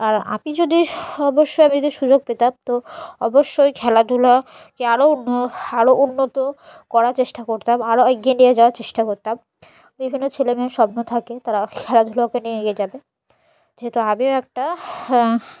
আর আমি যদি অবশ্যই আমি যদি সুযোগ পেতাম তো অবশ্যই খেলাধুলাকে আরও উন আরও উন্নত করার চেষ্টা করতাম আরও এগিয়ে নিয়ে যাওয়ার চেষ্টা করতাম বিভিন্ন ছেলেমেয়ের স্বপ্ন থাকে তারা খেলাধুলাকে নিয়ে এগিয়ে যাবে যেহেতু আমিও একটা